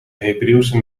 hebreeuwse